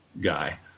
guy